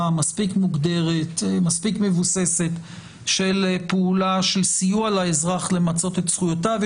ומוגדרת ומבוססת של פעולה וסיוע לאזרח למצות את זכויותיו.